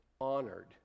honored